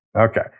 Okay